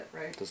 right